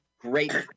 Great